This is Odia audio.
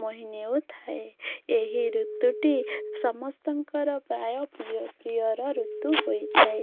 ମୋହି ନେଉଥାଏ ଏହି ଋତୁଟି ସମସ୍ତଙ୍କର ପ୍ରାୟ ପ୍ରିୟ ପ୍ରିୟର ଋତୁ ହୋଇଥାଏ